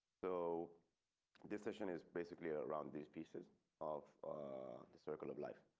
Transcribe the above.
so decisiones basically around these pieces of the circle of life.